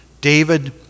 David